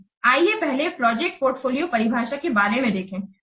आइए पहले project portfolio परिभाषा के बारे में देखें